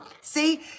See